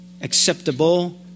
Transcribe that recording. acceptable